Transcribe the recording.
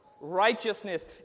Righteousness